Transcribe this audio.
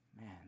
Man